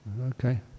Okay